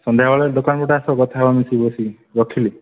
ସନ୍ଧ୍ୟାବେଳେ ଦୋକାନ ପଟେ ଆସ କଥା ହେବା ମିଶିକି ବସିକି ରଖିଲି